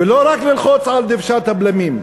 ולא רק ללחוץ על דוושת הבלמים.